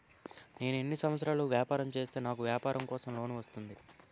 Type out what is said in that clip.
నేను ఎన్ని సంవత్సరాలు వ్యాపారం చేస్తే నాకు వ్యాపారం కోసం లోన్ వస్తుంది?